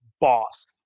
boss